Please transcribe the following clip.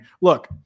look